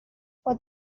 for